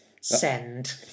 Send